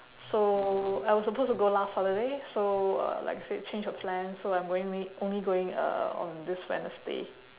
so I was supposed to go last saturday so uh like I said change of plans so I'm going la~ only going uh on this wednesday